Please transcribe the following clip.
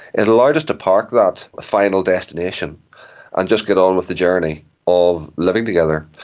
it allowed us to park that final destination and just get on with the journey of living together,